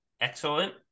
Excellent